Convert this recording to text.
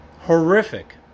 Horrific